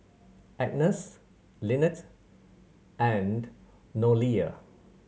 Agnes Linette and Noelia